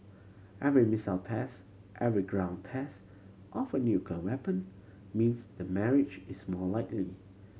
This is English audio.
every missile test every ground test of a nuclear weapon means the marriage is more likely